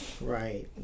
right